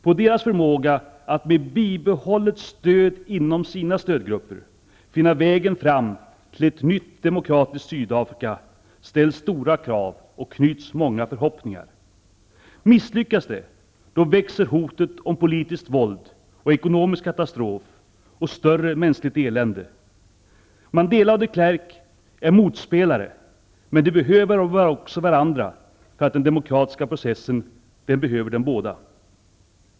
På deras förmåga att, med bibehållet stöd inom sina stödgrupper, finna vägen fram till ett nytt demokratiskt Sydafrika ställs stora krav och knyts många förhoppningar. Misslyckas de, växer hotet om politiskt våld, ekonomisk katastrof och större mänskligt elände. Mandela och de Klerk är motspelare, men de behöver också varandra, och den demokratiska processen behöver dem båda.